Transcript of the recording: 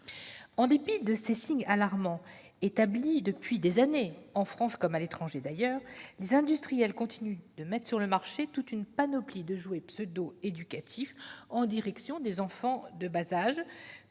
En dépit de ces signes alarmants établis depuis des années, en France comme à l'étranger d'ailleurs, les industriels continuent de mettre sur le marché toute une panoplie de jouets pseudo-éducatifs en direction des enfants en bas âge,